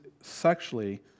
sexually